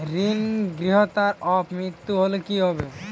ঋণ গ্রহীতার অপ মৃত্যু হলে কি হবে?